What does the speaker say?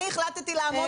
את זורקת אותם עכשיו למה